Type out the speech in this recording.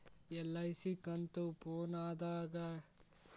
LIC ಕಂತು ಫೋನದಾಗ ಕಟ್ಟಿದ್ರ ರಶೇದಿ ಹೆಂಗ್ ಪಡೆಯೋದು?